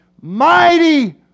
mighty